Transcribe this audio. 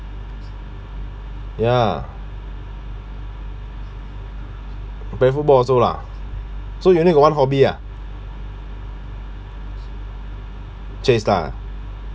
ya you play football also lah so you only got one hobby ah chase lah